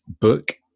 book